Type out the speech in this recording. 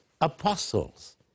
apostles